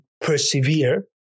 persevere